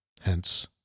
hence